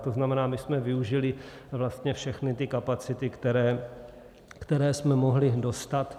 To znamená, my jsme využili vlastně všechny ty kapacity, které jsme mohli dostat.